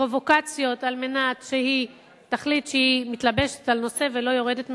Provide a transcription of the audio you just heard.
פרובוקציות כדי שהיא תחליט שהיא מתלבשת על נושא ולא יורדת ממנו,